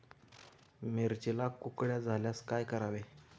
मिरचीला कुकड्या झाल्यास काय करावे?